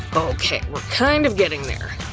okay, we're kind of getting there.